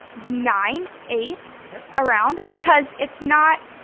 nine, eight yeah around because it's not,